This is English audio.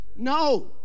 No